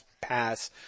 pass